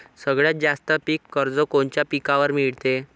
सगळ्यात जास्त पीक कर्ज कोनच्या पिकावर मिळते?